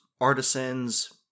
artisans